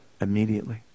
immediately